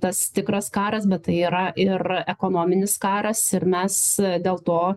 tas tikras karas bet tai yra ir ekonominis karas ir mes dėl to